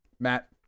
Matt